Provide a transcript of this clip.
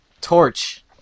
Torch